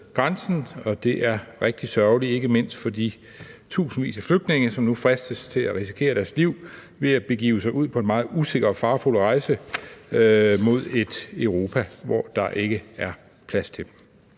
og det er rigtig sørgeligt, ikke mindst for de tusindvis af flygtninge, som nu fristes til at risikere deres liv ved at begive sig ud på en meget usikker og farefuld rejse mod et Europa, hvor der ikke er plads til